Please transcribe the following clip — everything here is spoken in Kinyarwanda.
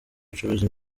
ucuruza